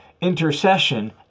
intercession